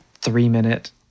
three-minute